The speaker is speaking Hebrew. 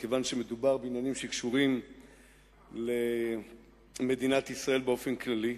כיוון שמדובר בעניינים שקשורים למדינת ישראל באופן כללי,